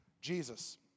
Jesus